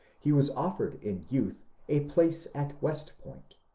he was offered in youth a place at west point,